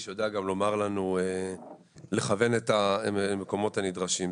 שיודע גם לכוון את המקומות הנדרשים.